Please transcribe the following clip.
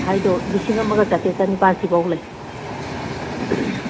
ꯍꯥꯏꯗꯣ ꯂꯤꯁꯤꯡ ꯑꯃꯒ ꯆꯥꯇ꯭ꯔꯦꯠ ꯆꯅꯤꯄꯥꯜ ꯁꯤ ꯐꯥꯎ ꯂꯩ